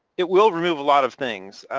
it will remove a lot of things.